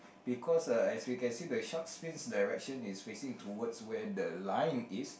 because uh as we can see the shark's fin direction is facing towards where the line is